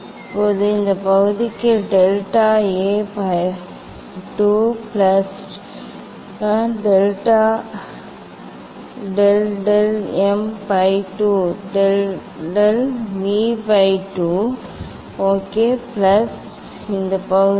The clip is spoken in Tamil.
இப்போது இந்த பகுதிக்கு delta A by 2 plus delta del del M by 2 del del M by 2 okay plus இந்த பகுதி